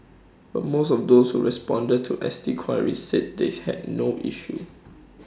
but most of those who responded to S T queries said they had no issue